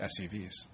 SUVs